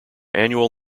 annual